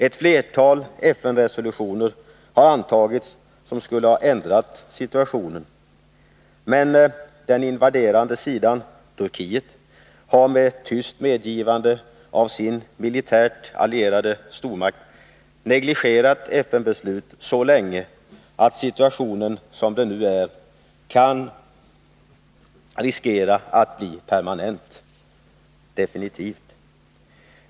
Ett flertal FN-resolutioner har antagits som skulle ha ändrat situationen. Men den invaderande sidan — Turkiet — har med tyst medgivande av sin militärt allierade stormakt negligerat FN:s beslut så länge att situationen som den nu är kan riskera att bli permanent, definitiv.